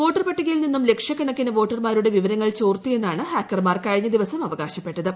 voter പട്ടികയിൽ നിന്നും ലക്ഷക്കണക്കിന് വോട്ടർമാരുടെ വിവരങ്ങൾ ചോർത്തിയെന്നാണ് ഹാക്കർമാർ കഴിഞ്ഞ ദിവസം അവകാശപ്പെട്ടത്